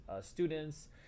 students